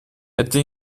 это